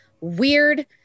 weird